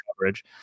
coverage